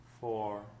four